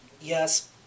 yes